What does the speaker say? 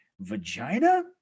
vagina